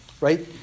right